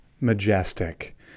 majestic